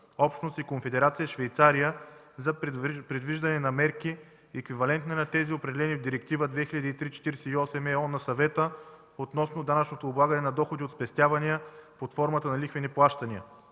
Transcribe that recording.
общност и Конфедерация Швейцария за предвиждане на мерки, еквивалентни на тези, определени в Директивата 2003/48 ЕО на Съвета относно данъчното облагане на доходи от спестявания под формата на лихвени плащания.